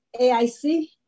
AIC